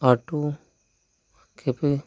auto कि पर